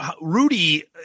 Rudy